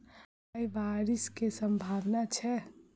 आय बारिश केँ सम्भावना छै?